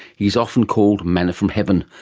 he is often called manna from heaven,